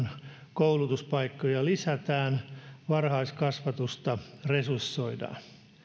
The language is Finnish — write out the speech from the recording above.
koulutuspaikkoja lisätään varhaiskasvatusta resursoidaan